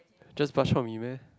just bak-chor-me meh